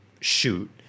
shoot